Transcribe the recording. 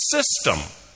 system